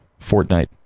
Fortnite